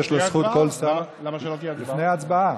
תהיה הצבעה.